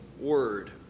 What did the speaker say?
word